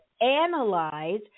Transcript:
analyze